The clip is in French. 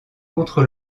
contre